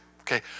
Okay